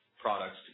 products